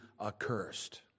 accursed